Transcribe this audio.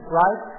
right